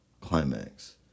climax